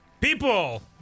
People